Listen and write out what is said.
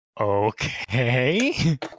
okay